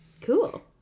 cool